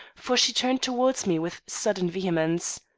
for she turned towards me with sudden vehemence.